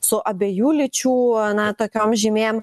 su abiejų lyčių na tokiom žymėm